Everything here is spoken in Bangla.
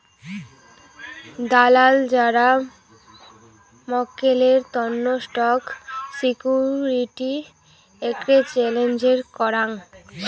দালাল যারা মক্কেলের তন্ন স্টক সিকিউরিটি এক্সচেঞ্জের করাং